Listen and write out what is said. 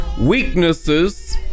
weaknesses